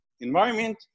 environment